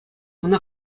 ӑна